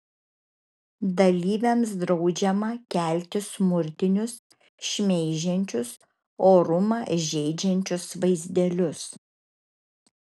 dalyviams draudžiama kelti smurtinius šmeižiančius orumą žeidžiančius vaizdelius